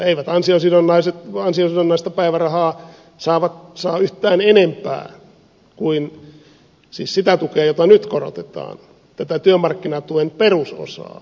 eivät ansiosidonnaista päivärahaa saavat saa yhtään enempää sitä tukea jota siis nyt korotetaan tätä työmarkkinatuen perusosaa